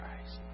Christ